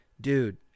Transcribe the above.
dude